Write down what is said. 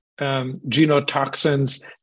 genotoxins